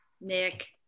Nick